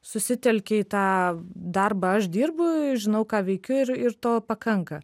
susitelkia į tą darbą aš dirbu žinau ką veikiu ir ir to pakanka